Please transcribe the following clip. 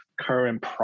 current